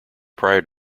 prior